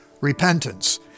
repentance